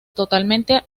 totalmente